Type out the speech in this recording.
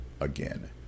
again